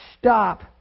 stop